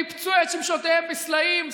ניפצו את שמשותיהם בסלעים,